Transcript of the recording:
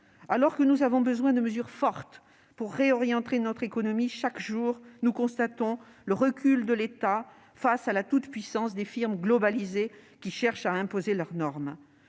Alors que nous avons besoin de mesures fortes pour réorienter notre économie, chaque jour, nous constatons le recul de l'État face à la toute-puissance des firmes globalisées qui cherchent à imposer leurs normes.